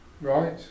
right